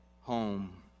home